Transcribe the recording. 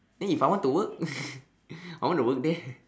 then if I want to work I want to work there